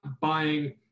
buying